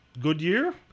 Goodyear